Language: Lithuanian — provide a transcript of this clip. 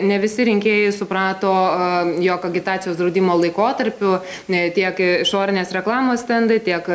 ne visi rinkėjai suprato jog agitacijos draudimo laikotarpiu tiek išorinės reklamos stendai tiek